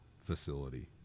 facility